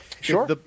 Sure